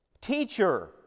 Teacher